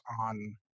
on